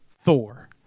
Thor